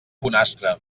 bonastre